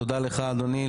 תודה לך אדוני,